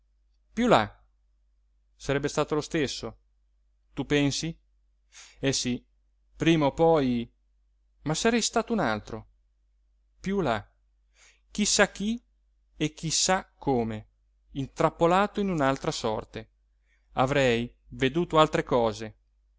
là sarebbe stato lo stesso tu pensi eh sì prima o poi ma sarei stato un altro più là chi sa chi e chi sa come intrappolato in un'altra sorte avrei veduto altre cose